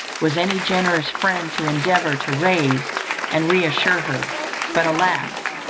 was any generous friend to endeavour to raise and re-assure her but alas!